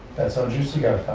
that's how juicy